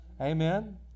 Amen